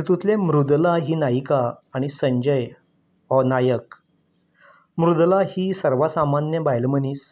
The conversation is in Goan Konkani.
तितूंतले मृदुला ही नायिका आनी संजय हो नायक मृदुला ही सर्वासामान्य बायल मनीस